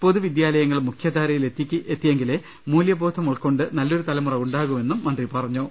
പൊതുവിദ്യാലയങ്ങൾ മുഖ്യാധാരയിൽ എത്തിയെങ്കിലേ മൂല്യബോധ മുൾക്കൊണ്ട് നല്ലൊരു തലമുറ ഉണ്ടാകൂ എന്നും അദ്ദേഹം പറഞ്ഞു